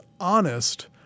honest